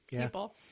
people